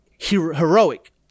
heroic